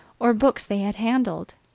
or books they had handled.